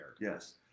Yes